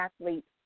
athletes